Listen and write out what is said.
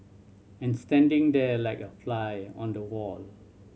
and standing there like a fly on the wall